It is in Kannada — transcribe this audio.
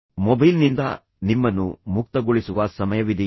ಮೊಬೈಲ್ನಿಂದ ನಿಮ್ಮನ್ನು ಮುಕ್ತಗೊಳಿಸುವ ಸಮಯವಿದೆಯೇ